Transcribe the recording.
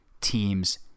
teams